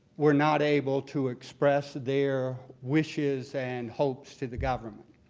were not able to express their wishes and hopes to the government.